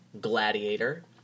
Gladiator